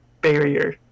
barrier